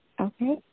Okay